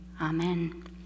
amen